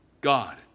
God